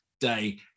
day